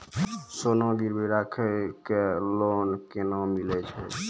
सोना गिरवी राखी कऽ लोन केना मिलै छै?